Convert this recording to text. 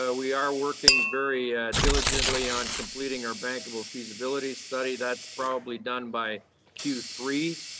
ah we are working very diligently on completing our bankable feasibility study. that's probably done by q three.